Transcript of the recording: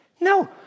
No